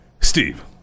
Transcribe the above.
Steve